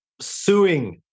suing